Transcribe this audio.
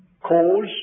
cause